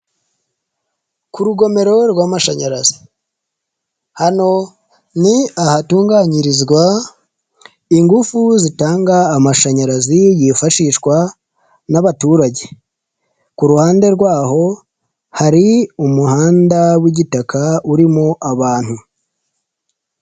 Ku rugomero rw'amashanyarazi. Hano ni ahatunganyirizwa ingufu zitanga amashanyarazi yifashishwa n'abaturage. Ku ruhande rwaho hari umuhanda w'igitaka urimo abantu.